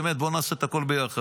בואו נעשה את הכול ביחד,